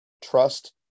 Trust